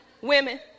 Women